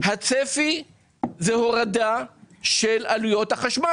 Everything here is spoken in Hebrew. כי אתה זה שמוביל את הקו הזה.